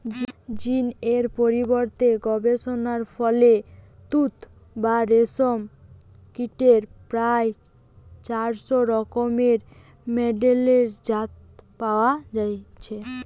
জীন এর পরিবর্তন গবেষণার ফলে তুত বা রেশম কীটের প্রায় চারশ রকমের মেডেলের জাত পয়া যাইছে